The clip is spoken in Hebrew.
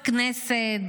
בכנסת,